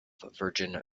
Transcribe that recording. virgin